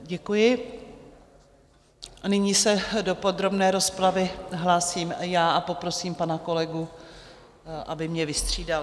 Děkuji a nyní se do podrobné rozpravy hlásím já a poprosím pana kolegu, aby mě vystřídal.